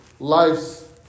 life's